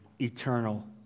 eternal